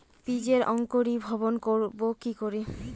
বীজের অঙ্কোরি ভবন করব কিকরে?